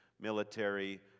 military